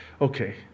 okay